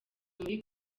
muri